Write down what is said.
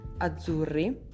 azzurri